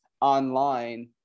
online